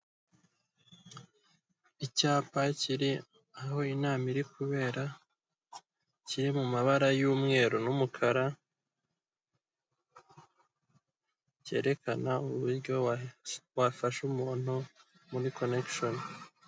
Icyapa kiri aho inama iri kubera kiri mu mabara y'umweru, n'umukara cyerekana uburyo wafasha umuntu muri connection.